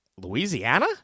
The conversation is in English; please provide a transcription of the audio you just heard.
Louisiana